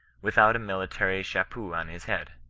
without a military cha peau on his head,